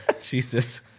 Jesus